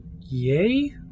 Yay